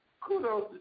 Kudos